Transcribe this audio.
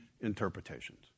interpretations